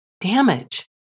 damage